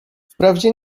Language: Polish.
wprawdzie